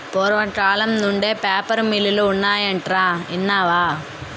పూర్వకాలం నుండే పేపర్ మిల్లులు ఉన్నాయటరా ఇన్నావా